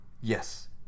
Yes